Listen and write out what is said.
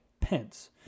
pence